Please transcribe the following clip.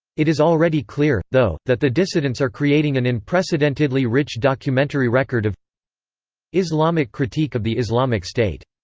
it is already clear, though, that the dissidents are creating an unprecedentedly rich documentary record of islamic critique of the islamic state.